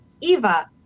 Eva